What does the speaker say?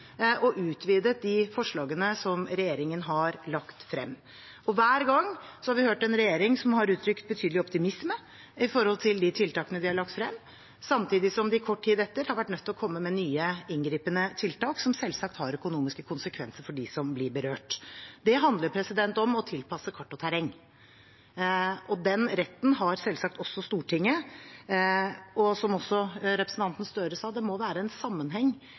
og utvidet de forslagene som regjeringen har lagt frem. Hver gang har vi hørt en regjering som har uttrykt betydelig optimisme i forhold til de tiltakene vi har lagt frem, samtidig som de kort tid etter har vært nødt til å komme med nye, inngripende tiltak som selvsagt har økonomiske konsekvenser for dem som blir berørt. Det handler om å tilpasse kart og terreng. Den retten har selvsagt også Stortinget. Som også representanten Gahr Støre sa, må det være en sammenheng